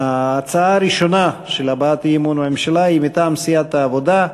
ההצעה הראשונה להבעת אי-אמון בממשלה היא מטעם סיעת העבודה: